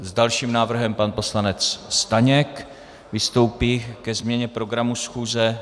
S dalším návrhem pan poslanec Staněk vystoupí ke změně programu schůze.